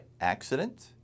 accident